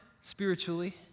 spiritually